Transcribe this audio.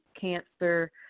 cancer